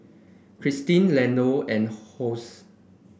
Christi Leonor and Hosie